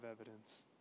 evidence